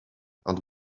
ond